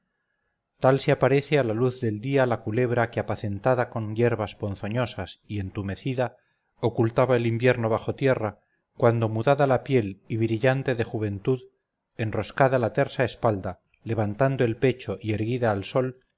tal se aparece a la luz del día la culebra que apacentada con hierbas ponzoñosas y entumecida ocultaba el invierno bajo tierra cuando mudada la piel y brillante de juventud enroscada la tersa espalda levantando el pecho y erguida al sol